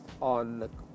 on